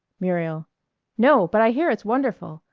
muriel no, but i hear it's wonderful.